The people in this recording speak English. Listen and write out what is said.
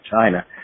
China